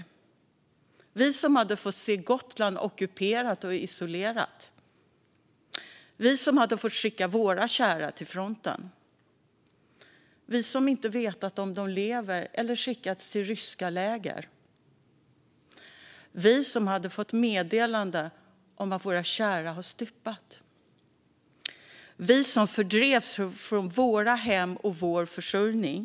Tänk om det hade varit vi som hade fått se Gotland bli ockuperat och isolerat, som hade fått skicka våra kära till fronten, som inte vetat om de lever eller skickats till ryska läger, som hade fått meddelande om att våra kära hade stupat eller som fördrivits från våra hem och vår försörjning.